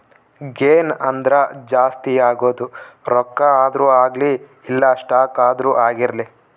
gain ಅಂದ್ರ ಜಾಸ್ತಿ ಆಗೋದು ರೊಕ್ಕ ಆದ್ರೂ ಅಗ್ಲಿ ಇಲ್ಲ ಸ್ಟಾಕ್ ಆದ್ರೂ ಆಗಿರ್ಲಿ